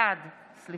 בעד מיקי